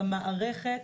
במערכת.